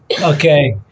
Okay